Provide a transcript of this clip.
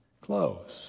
close